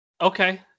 Okay